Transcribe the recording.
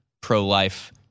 pro-life